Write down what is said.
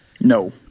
No